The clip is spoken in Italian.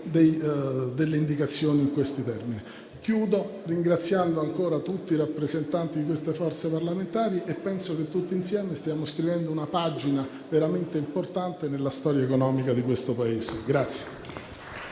delle indicazioni in questi termini. Chiudo ringraziando ancora una volta tutti i rappresentanti delle forze parlamentari e penso che tutti insieme stiamo scrivendo una pagina veramente importante nella storia economica di questo Paese.